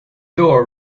door